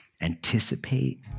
anticipate